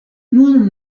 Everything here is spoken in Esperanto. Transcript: nun